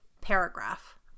paragraph